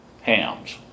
hams